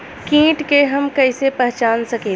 कीट के हम कईसे पहचान सकीला